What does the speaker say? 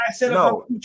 No